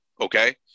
Okay